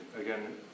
Again